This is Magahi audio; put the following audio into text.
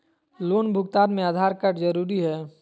लोन भुगतान में आधार कार्ड जरूरी है?